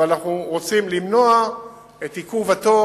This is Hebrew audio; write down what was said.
אבל אנחנו רוצים למנוע את עיכוב התור